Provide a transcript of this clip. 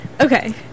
Okay